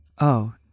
Oh